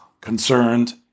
concerned